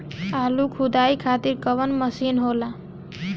आलू खुदाई खातिर कवन मशीन होला?